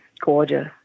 gorgeous